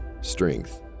strength